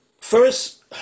first